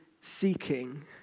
seeking